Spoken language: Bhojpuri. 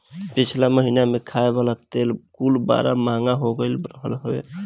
पिछला महिना में खाए वाला तेल कुल बड़ा महंग हो गईल रहल हवे